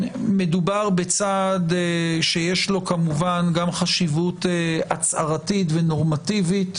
מדובר בצעד שיש לו חשיבות הצהרתית ונורמטיבית.